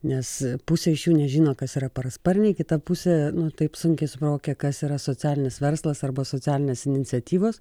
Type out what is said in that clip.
nes pusė iš jų nežino kas yra parasparniai kita pusė nu taip sunkiai suvokia kas yra socialinis verslas arba socialinės iniciatyvos